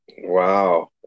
Wow